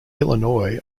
illinois